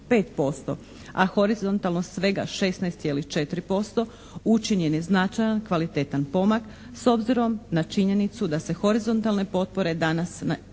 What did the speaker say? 45% a horizontalne svega 16,4% učinjen je značajan kvalitetan pomak s obzirom na činjenicu da se horizontalne potpore danas odnose